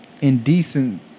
indecent